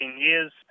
years